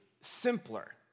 simpler